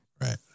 Right